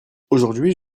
aujourd’hui